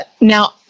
now